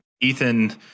Ethan